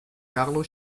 carlo